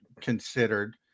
considered